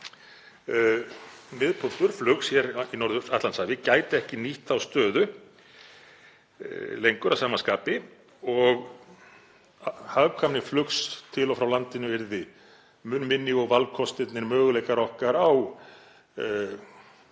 flugs hér í Norður-Atlantshafi gæti ekki nýtt þá stöðu lengur að sama skapi og hagkvæmni flugs til og frá landinu yrði mun minni og valkostirnir, möguleikar okkar á